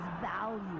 value